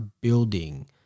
building